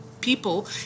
people